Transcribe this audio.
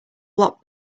lot